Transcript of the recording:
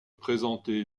présenter